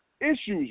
issues